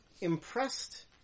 impressed